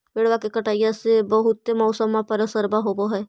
पेड़बा के कटईया से से बहुते मौसमा पर असरबा हो है?